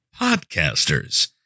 podcasters